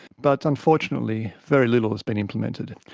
but unfortunately very little has been implemented.